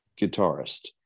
guitarist